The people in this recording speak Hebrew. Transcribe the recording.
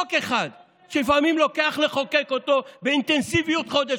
חוק אחד שלפעמים לוקח לחוקק אותו באינטנסיביות חודש,